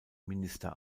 minister